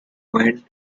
quaint